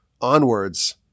onwards